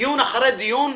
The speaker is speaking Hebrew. דיון אחר דיון.